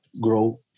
grow